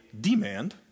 demand